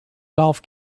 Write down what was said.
golf